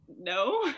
no